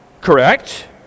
Correct